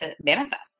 manifest